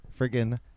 friggin